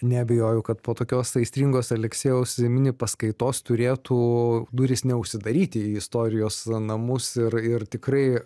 neabejoju kad po tokios aistringos aleksiejaus mini paskaitos turėtų durys neužsidaryti į istorijos namus ir ir tikrai